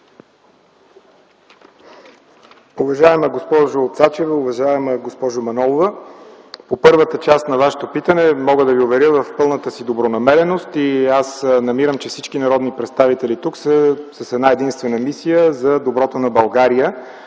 Уважаема госпожо Цачева! Уважаема госпожо Манолова, по първата част на Вашето питане мога да Ви уверя в пълната си добронамереност и аз намирам, че всички народни представители тук са с една-единствена мисия – за доброто на България,